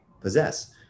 possess